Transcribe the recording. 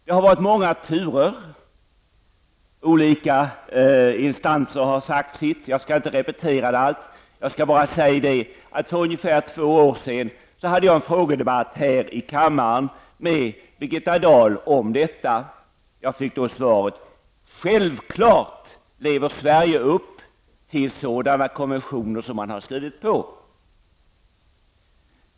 Det har varit många turer i ärendet, där olika instanser har sagt sitt. Jag skall inte repetera allt som förekommit, utan skall bara säga att jag för ungefär två år sedan hade en frågedebatt här i kammaren med Birgitta Dahl om detta. Jag fick då svaret: Självfallet lever Sverige upp till sådana konventioner som man skrivit på.